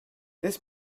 this